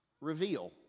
reveal